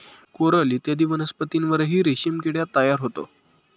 coral इत्यादी वनस्पतींवरही रेशीम किडा तयार होतो